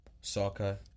soccer